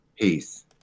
Peace